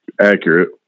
accurate